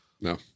No